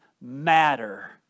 matter